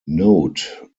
note